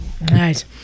Nice